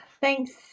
Thanks